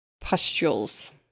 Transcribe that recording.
pustules